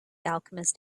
alchemist